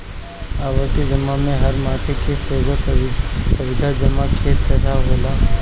आवर्ती जमा में हर मासिक किश्त एगो सावधि जमा की तरही होला